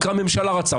כי הממשלה רצתה.